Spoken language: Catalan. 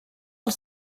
els